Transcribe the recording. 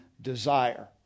desire